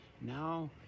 Now